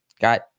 got